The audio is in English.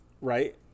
Right